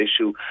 issue